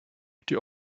die